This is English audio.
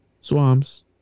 swamps